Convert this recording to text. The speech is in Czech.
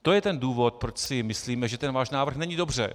To je ten důvod, proč si myslíme, že ten váš návrh není dobře.